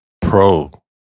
pro